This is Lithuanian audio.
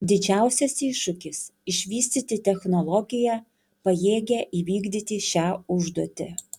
didžiausias iššūkis išvystyti technologiją pajėgią įvykdyti šią užduotį